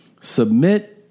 submit